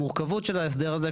המורכבות של ההסדר הזה,